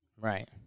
Right